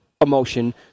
emotion